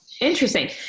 Interesting